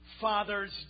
Father's